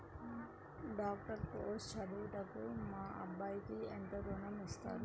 Doctor course చదువుటకు మా అబ్బాయికి ఎంత ఋణం ఇస్తారు?